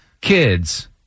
kids